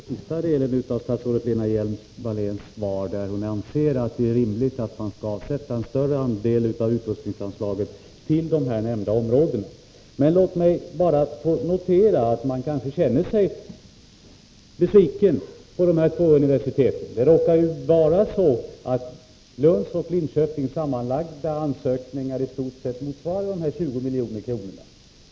Herr talman! Jag noterade den sista delen av Lena Hjelm-Walléns svar, att hon anser att det är rimligt att avsätta en större andel av anslaget till de nämnda områdena. Det är lätt att förstå att man känner sig besviken i de här två universiteten. Det råkar vara så att deras sammanlagda ansökningar motsvarade i stort sett anslaget på 20 milj.kr.